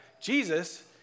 Jesus